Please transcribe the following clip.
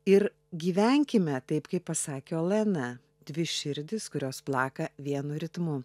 ir gyvenkime taip kaip pasakė olena dvi širdis kurios plaka vienu ritmu